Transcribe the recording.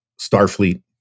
Starfleet